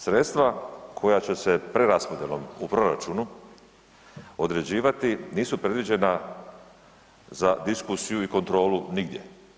Sredstva koja će se preraspodjelom u proračunu određivati, nisu predviđena za diskusiju i kontrolu nigdje.